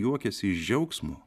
juokiasi iš džiaugsmo